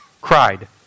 cried